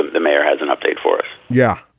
the mayor has an update for us yeah.